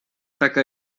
taka